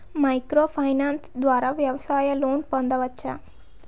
Micro finance ద్వారా వ్యవసాయ loan పొందవచ్చా?